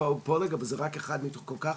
פולג זה רק אחד מתוך הרבה תוכניות,